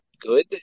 good